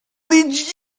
did